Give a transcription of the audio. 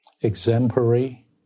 exemplary